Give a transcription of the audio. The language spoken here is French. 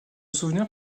souvenir